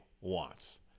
wants